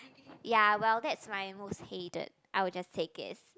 ya well that is my most hated I will just takes it